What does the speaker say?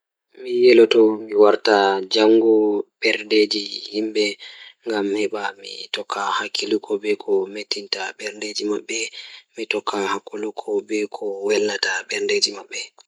Mi yeloto mi warta o tawii miɗo waɗa jaɓde kala ngal ɗiɗi, mi waɗataa jaɓde waɗude toɓɓere eɗi no ngoni ndaarayde galɗe e yimɓe e sabu ɗuum ngal njiddaade. Miɗo waɗataa jaɓde toɓɓere teddude, ndee o waawataa tawa ngam fowru tan, kadi miɗo waawataa njiddaade ngal nafoore e ɓe goɗɗe.